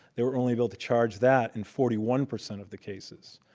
they were only able to charge that in forty one percent of the cases,